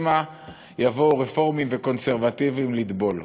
שמא יבואו רפורמים וקונסרבטיבים לטבול,